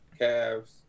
Cavs